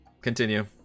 Continue